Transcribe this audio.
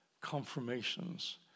confirmations